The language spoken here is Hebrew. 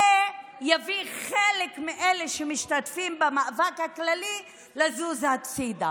זה יביא חלק מאלה שמשתתפים במאבק הכללי לזוז הצידה.